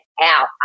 out